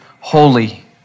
holy